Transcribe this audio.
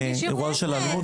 להגיש ערעור.